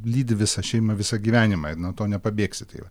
lydi visą šeimą visą gyvenimą ir nuo to nepabėgsi tai va